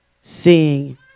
seeing